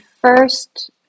first